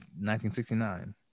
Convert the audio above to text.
1969